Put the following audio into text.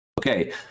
Okay